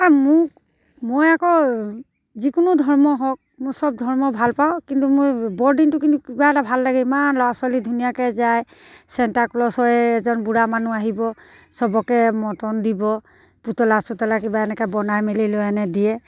আৰু মোক মই আকৌ যিকোনো ধৰ্ম হওক মোৰ চব ধৰ্ম ভাল পাওঁ কিন্তু মই বৰদিনটো কিন্তু কিবা এটা ভাল লাগে ইমান ল'ৰা ছোৱালী ধুনীয়াকৈ যায় চেণ্টা ক্লজ হৈ এজন বুঢ়া মানুহ আহিব চবকে মৰ্টন দিব পুতলা চুতলা কিবা এনেকৈ বনাই মেলি লৈ আনে দিয়ে